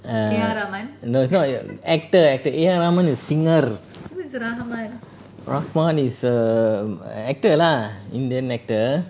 no it's not err actor actor A R Rahman is singer ரகுமான்:ragumaan is err actor lah indian actor